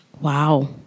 Wow